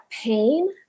pain